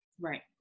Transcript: Right